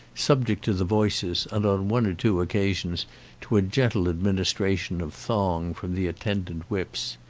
subject to the voices and on one or two occasions to a gentle administration of thong from the attendant whips.